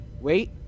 Wait